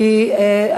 להעביר אותה.